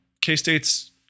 K-State's